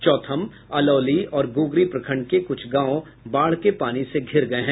चौथम अलौली और गोगरी प्रखंड के कुछ गांव बाढ के पानी से घिर गये हैं